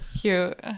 Cute